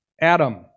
Adam